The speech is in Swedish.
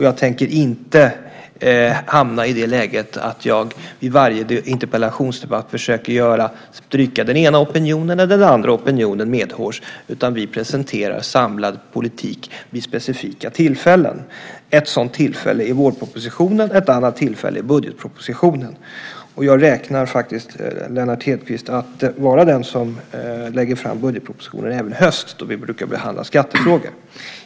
Jag tänker inte hamna i det läget att jag vid varje interpellationsdebatt försöker stryka den ena eller den andra opinionen medhårs, utan vi presenterar en samlad politik vid specifika tillfällen. Ett sådant tillfälle är vårpropositionen, ett annat tillfälle är budgetpropositionen. Jag räknar faktiskt med, Lennart Hedquist, att vara den som lägger fram budgetpropositionen även i höst, då vi brukar behandla skattefrågor.